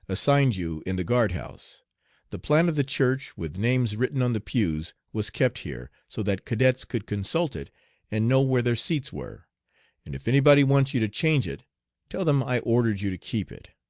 assigned you in the guard house the plan of the church, with names written on the pews, was kept here, so that cadets could consult it and know where their seats were and if anybody wants you to change it tell them i ordered you to keep it.